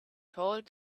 told